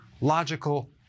logical